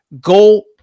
Goal